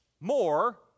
more